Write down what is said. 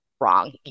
wrong